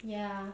ya